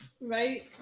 right